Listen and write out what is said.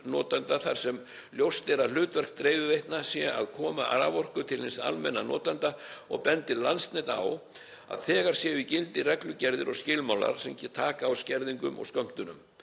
þar sem ljóst er að hlutverk dreifiveitna sé að koma raforku til hins almenna notanda og bendir Landsnet á að þegar séu í gildi reglugerðir og skilmálar sem taka á skerðingum og skömmtunum.